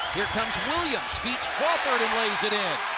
here comes williams, beats crawford, and lays it in.